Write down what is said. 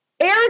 air